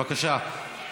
בבקשה.